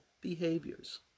behaviors